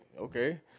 okay